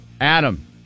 Adam